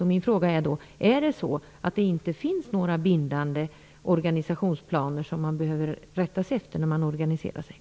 Min fråga är om det inte finns några bindande organisationsplaner som man behöver rätta sig efter när man organiserar vården.